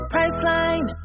Priceline